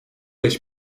beş